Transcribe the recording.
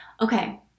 Okay